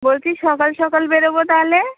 বলছি সকাল সকাল বেরোবো তাহলে